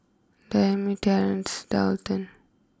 Dayami Terrence Daulton